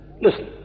Listen